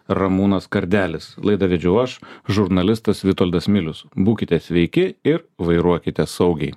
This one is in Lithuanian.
ramūnas kardelis laidą vedžiau aš žurnalistas vitoldas milius būkite sveiki ir vairuokite saugiai